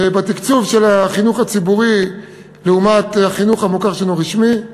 בתקצוב של החינוך הציבורי לעומת החינוך המוכר שאינו רשמי.